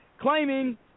claiming